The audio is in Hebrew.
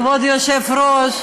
כבוד היושב-ראש,